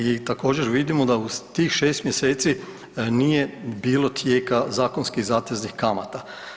I također vidimo da u tih 6 mjeseci nije bilo tijeka zakonski zateznih kamata.